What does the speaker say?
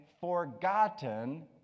forgotten